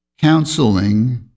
counseling